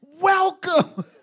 welcome